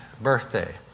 birthday